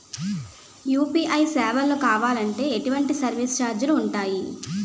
UPI సేవలను కావాలి అంటే ఎటువంటి సర్విస్ ఛార్జీలు ఉంటాయి?